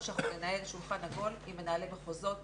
שאנחנו ננהל שולחן עגול עם מנהלי מחוזות,